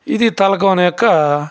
ఇది తలకోన యొక్క